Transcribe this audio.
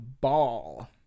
ball